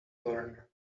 learn